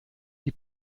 die